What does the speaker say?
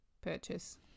purchase